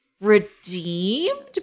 redeemed